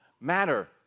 matter